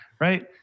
Right